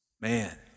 Man